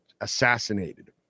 assassinated